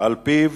שעל-פיו